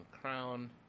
Crown